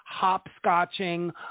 hopscotching